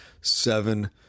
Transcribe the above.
seven